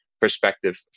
perspective